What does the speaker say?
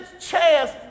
chance